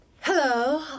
Hello